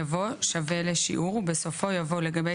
יבוא "שווה לשיעור" ובסופו יבוא "לגבי